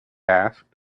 asked